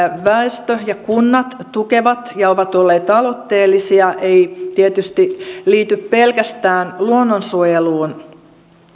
väestö ja kunnat tukevat ja ovat olleet aloitteellisia ei tietysti liity pelkästään luonnonsuojeluun